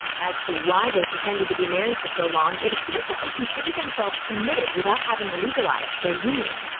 as to why they pretended to be married for so long, it appears that they considered themselves committed without having legalized their union.